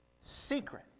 secret